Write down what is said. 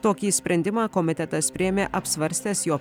tokį sprendimą komitetas priėmė apsvarstęs jo